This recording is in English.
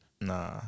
Nah